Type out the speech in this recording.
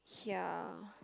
ya